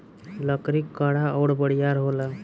लकड़ी कड़ा अउर बरियार होला